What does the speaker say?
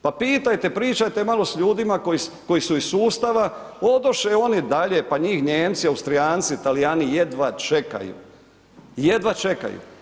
Pa pitajte, pričajte malo sa ljudima koji su iz sustava, odoše oni dalje, pa njih Nijemci, Austrijanci, Talijani jedva čekaju, jedva čekaju.